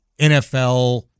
NFL